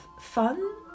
fun